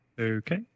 Okay